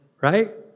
Right